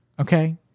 okay